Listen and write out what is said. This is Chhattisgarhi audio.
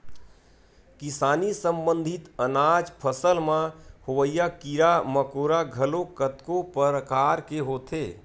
किसानी संबंधित अनाज फसल म होवइया कीरा मकोरा घलोक कतको परकार के होथे